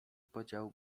podział